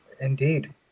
indeed